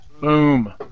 Boom